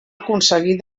aconseguir